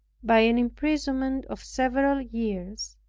by an imprisonment of several years,